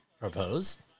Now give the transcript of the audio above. proposed